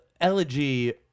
elegy